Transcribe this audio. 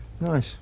Nice